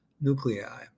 nuclei